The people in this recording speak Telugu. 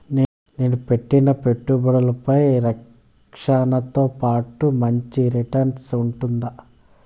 నేను పెట్టిన పెట్టుబడులపై రక్షణతో పాటు మంచి రిటర్న్స్ ఉంటుందా?